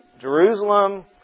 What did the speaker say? Jerusalem